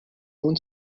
اون